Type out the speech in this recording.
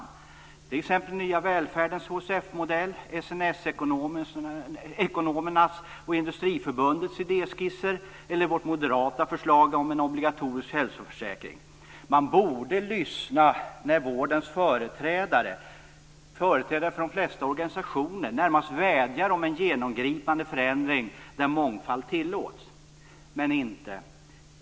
Det gäller t.ex. den nya välfärdens HSF-modell, SNS-ekonomernas och Industriförbundets idéskisser eller vårt moderata förslag till en obligatorisk hälsoförsäkring. Man borde lyssna när vårdens företrädare och företrädare för flertalet av vårdens organisationer, närmast vädjar om en genomgripande förändring där mångfald tillåts. Men inte!